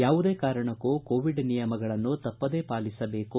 ಯಾವುದೇ ಕಾರಣಕ್ಕೂ ಕೋವಿಡ್ ನಿಯಮಗಳನ್ನು ತಪ್ಪದೇ ಪಾಲಿಸಬೇಕು